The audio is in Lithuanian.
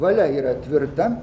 valia yra tvirta